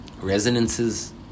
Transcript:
resonances